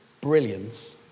brilliance